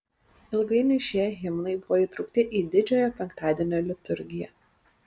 ilgainiui šie himnai buvo įtraukti į didžiojo penktadienio liturgiją